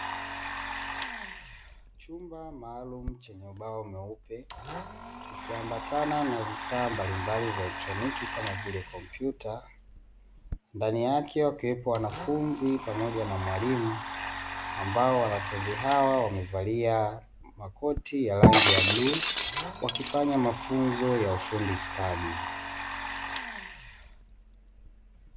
Chumba maalumu chenye ubao mweupe, kikiambatana na vifaa mbalimbali vya elektroniki kama vile; kompyuta ndani yake wakiwepo wanafunzi pamoja na mwalimu, ambao wanafunzi hawa wamevalia makoti ya rangi ya bluu wakifanya mafunzo ya ufundi stadi.